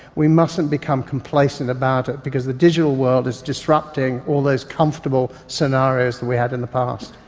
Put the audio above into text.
we mustn't become complacent about it because the digital world is disrupting all those comfortable scenarios that we had in the past.